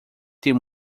tem